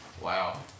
Wow